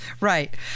Right